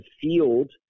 field